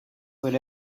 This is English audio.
but